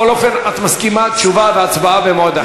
בכל אופן, את מסכימה, תשובה והצבעה במועד אחר.